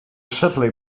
shipley